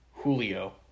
Julio